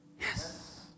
Yes